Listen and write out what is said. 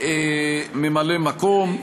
ממלא מקום.